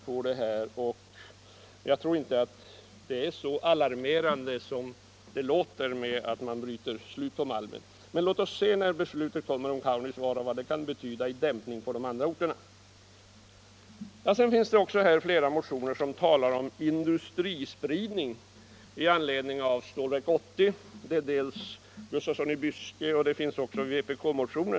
Jag tror inte att man bryter slut på malmen -— det är nog inte så alarmerande som det låter. När beslutet om Kaunisvaara kommer får vi se vad det kan betyda i fråga om dämpning av brytningen på de andra orterna. I ett par motioner talas det med anledning av Stålverk 80 om industrispridning — det är dels i en motion med herr Gustafsson i Byske som första namn, dels i en vpk-motion.